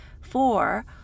Four